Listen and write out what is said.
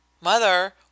Mother